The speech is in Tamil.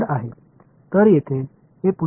எனவே இங்கே மீண்டும் என்ன இது